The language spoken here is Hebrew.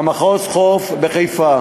במחוז חוף בחיפה,